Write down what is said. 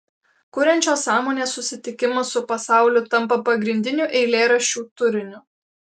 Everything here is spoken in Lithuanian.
kuriančios sąmonės susitikimas su pasauliu tampa pagrindiniu eilėraščių turiniu